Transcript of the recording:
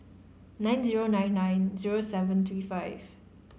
nine zero nine nine zero seven three five